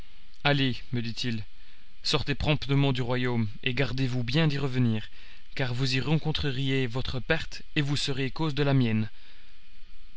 allez me dit-il sortez promptement du royaume et gardez-vous bien d'y revenir car vous y rencontreriez votre perte et vous seriez cause de la mienne